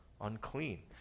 unclean